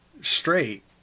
straight